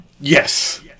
Yes